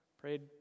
prayed